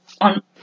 on